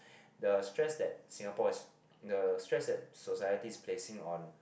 the stress that Singapore is the stress that society is placing on